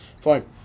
fine